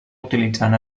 utilitzant